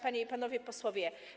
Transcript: Panie i Panowie Posłowie!